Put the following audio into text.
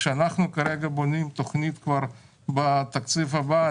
כשאנחנו בונים תוכנית בתקציב הבא,